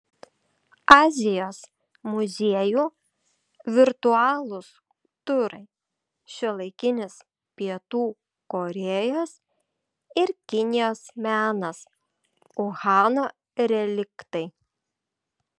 azijos muziejų virtualūs turai šiuolaikinis pietų korėjos ir kinijos menas uhano reliktai